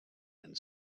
and